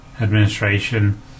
Administration